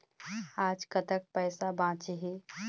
आज कतक पैसा बांचे हे?